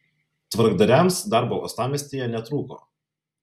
tvarkdariams darbo uostamiestyje netrūko